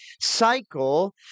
cycle